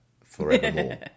forevermore